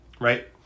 right